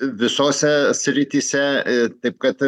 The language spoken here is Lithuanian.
visose srityse a taip kad